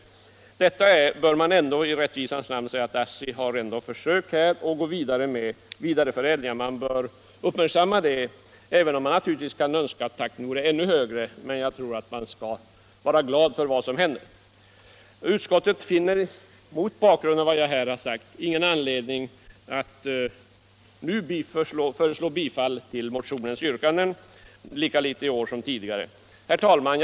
I rättvisans namn bör det alltså sägas att ASSI ändå försökt att fortsätta vidareförädlingen. Allt detta bör man hålla i minnet, även om man naturligtvis kan önska att takten vore ännu högre. Jag tror att man skall vara glad för vad som händer. Utskottet finner, mot bakgrund av de skäl jag här anfört, lika litet i år som tidigare anledning att föreslå bifall till motionsyrkandena. Herr talman!